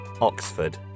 Oxford